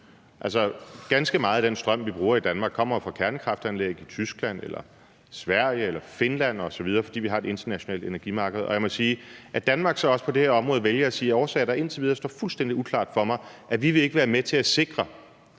Altså, ganske meget af den strøm, som vi bruger i Danmark, kommer jo fra kernekraftanlæg i Tyskland, Sverige eller Finland osv., fordi vi har et internationalt energimarked. Og jeg må sige, at det, at vi i Danmark så også på det her område vælger at sige, at vi ikke vil være med til at sikre,